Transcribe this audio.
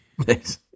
Thanks